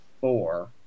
four